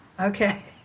Okay